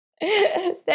Thank